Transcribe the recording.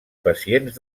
pacients